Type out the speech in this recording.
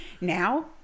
Now